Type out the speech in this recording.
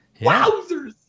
Wowzers